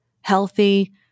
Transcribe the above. healthy